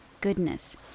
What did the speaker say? goodness